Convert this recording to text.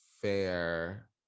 fair